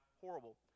horrible